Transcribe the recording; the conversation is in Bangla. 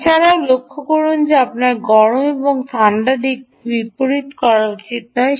এছাড়াও লক্ষ করুন যে আপনার গরম এবং ঠান্ডা দিকটি বিপরীত করা উচিত নয়